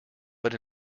but